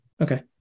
Okay